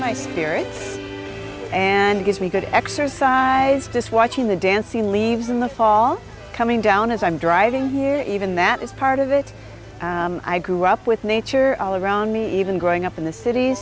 spirit and gives me good exercise just watching the dancing leaves in the fall coming down as i'm driving here even that is part of it i grew up with nature all around me even growing up in the cit